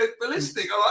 ballistic